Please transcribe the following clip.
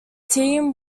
team